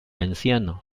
anciano